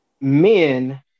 men